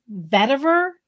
vetiver